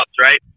right